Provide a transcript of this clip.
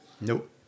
Nope